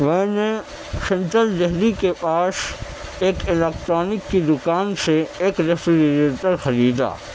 میں نے سنٹرل دہلی کے پاس ایک الیکٹرانک کی دوکان سے ایک ریفریجریٹر خریدا